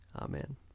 Amen